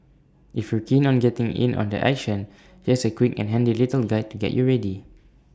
if you're keen on getting in on the action here's A quick and handy little guide to get you ready